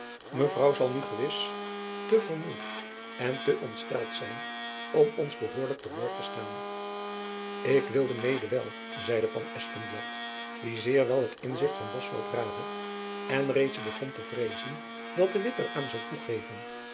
mevrouw zal nu gewis te vermoeid en te ontsteld zijn om ons behoorlijk te woord te staan ik wilde mede wel zeide van espenblad die zeer wel het inzicht van bosveldt raadde en reeds begon te vreezen dat de witt er aan zoû toegeven